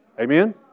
Amen